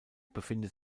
befindet